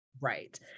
Right